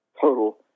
total